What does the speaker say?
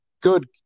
good